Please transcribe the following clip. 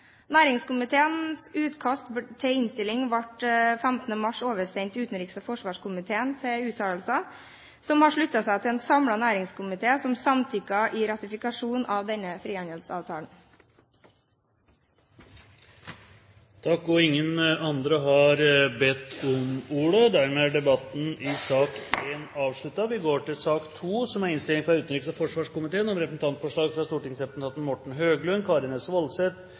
Næringskomiteens utkast til innstilling ble 15. mars oversendt utenriks- og forsvarskomiteen til uttalelse. Den har sluttet seg til en samlet næringskomité, som samtykker i ratifikasjon av denne frihandelsavtalen. Flere har ikke bedt om ordet til sak nr. 1 Etter ønske fra utenriks- og forsvarskomiteen